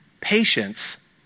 patience